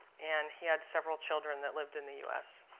and he had several children that lived in the u s.